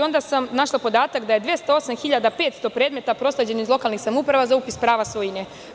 Onda sam našla podatak da je 208.500 predmeta prosleđeno iz lokalnih samouprava za upis prava svojine.